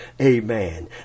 amen